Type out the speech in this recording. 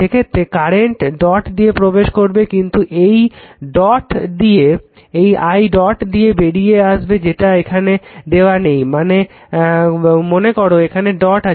সেক্ষেত্রে current I dot দিয়ে প্রবেশ করবে কিন্তু এই I ডত থেকে বেরিয়ে আসবে যেটা এখানে দেওয়া নেই মনে করো এখানে ডট আছে